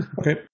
Okay